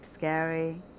Scary